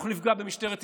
אנחנו נפגע במשטרת ישראל.